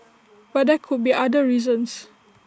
but there could be other reasons